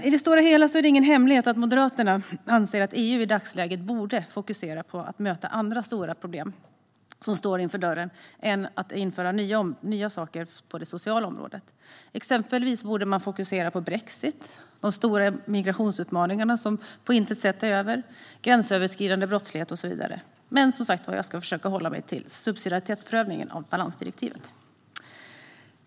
I det stora hela är det ingen hemlighet att Moderaterna anser att EU i dagsläget borde fokusera på att möta andra stora problem som står inför dörren än att införa nya saker på det sociala området. Exempelvis borde man fokusera på brexit, de stora migrationsutmaningarna som på intet sätt är över, gränsöverskridande brottslighet och så vidare. Men jag ska försöka hålla mig till subsidiaritetsprövningen av balansdirektivet.